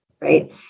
right